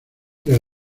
del